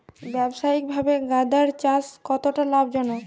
ব্যবসায়িকভাবে গাঁদার চাষ কতটা লাভজনক?